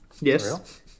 yes